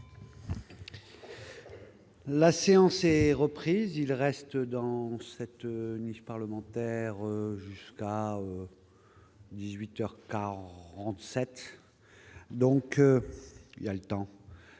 La séance est reprise, il reste dans cette niche parlementaire jusqu'à 18 heures 37 donc il y a le temps.